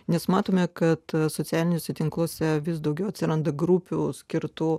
nes matome kad socialiniuose tinkluose vis daugiau atsiranda grupių skirtų